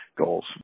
Goals